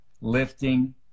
lifting